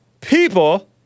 people